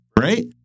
right